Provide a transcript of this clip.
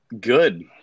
good